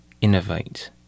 innovate